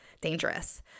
dangerous